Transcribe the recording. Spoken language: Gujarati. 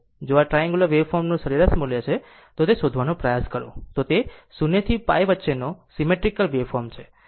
જો આ ટ્રાન્ગુલર વેવફોર્મ નું સરેરાશ મૂલ્ય શું છે તે શોધવાનો પ્રયાસ કરો તો તે 0 થીπ વચ્ચેનો સીમેટ્રીકલ વેવફોર્મ છે